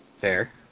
Fair